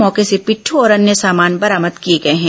मौके से पिठद और अन्य सामान बरामद किए गए हैं